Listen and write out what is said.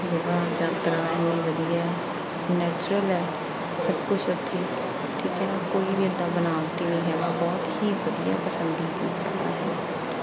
ਜਗ੍ਹਾ ਜਾਂ ਤਰਾ ਇੰਨੀ ਵਧੀਆ ਨੈਚੁਰਲ ਹੈ ਸਭ ਕੁਛ ਇੱਥੇ ਠੀਕ ਹੈ ਕੋਈ ਵੀ ਇੱਦਾਂ ਬਨਾਵਟੀ ਨਹੀਂ ਹੈਗਾ ਬਹੁਤ ਹੀ ਵਧੀਆ ਪਸੰਦੀ ਦੀ ਚੀਜ਼ ਇਹ